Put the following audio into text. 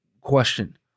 question